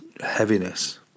Heaviness